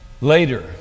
Later